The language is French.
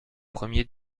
premier